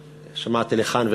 שמעתי לכאן ולכאן.